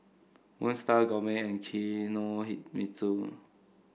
Moon Star Gourmet and Kinohimitsu